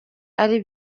ari